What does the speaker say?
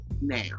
now